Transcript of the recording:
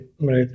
right